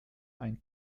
ein